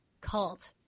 cult